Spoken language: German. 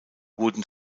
wurden